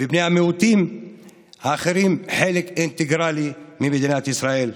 ובבני המיעוטים האחרים חלק אינטגרלי ממדינת ישראל,